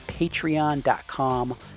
patreon.com